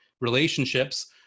relationships